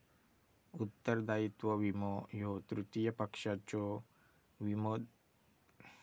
उत्तरदायित्व विमो ह्यो तृतीय पक्षाच्यो विमो दाव्यांविरूद्ध विशिष्ट संरक्षण प्रदान करण्यासाठी डिझाइन केलेला असा